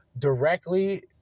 directly